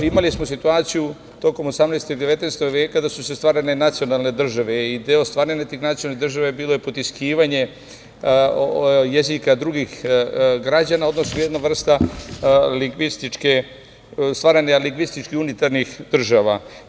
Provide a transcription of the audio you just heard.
Imali smo situaciju, tokom 18. i 19. veka da su se stvarale nacionalne države i deo stvaranja tih nacionalnih država je bilo potiskivanje jezika drugih građana, odnosno jedna vrsta stvaranja lingvistički unitarnih država.